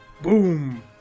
boom